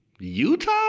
Utah